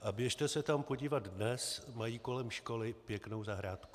A běžte se tam podívat dnes, mají kolem školy pěknou zahrádku.